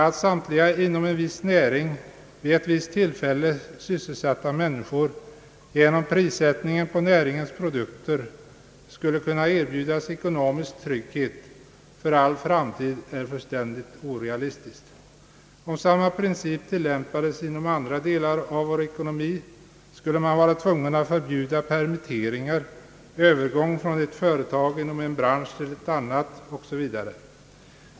Att samtliga inom en viss näring vid ett visst tillfälle sysselsatta människor genom prissättningen på näringens produkter skulle kunna erbjudas ekonomisk trygghet för all framtid är fullständigt orealistiskt. Om samma princip tillämpades inom andra delar av vår ekonomi skulle man vara tvungen att förbjuda permitteringar, övergång från ett företag inom en bransch till ett inom en annan 0. s. v.